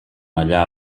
allà